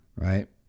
right